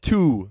Two